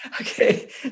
Okay